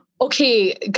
okay